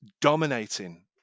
dominating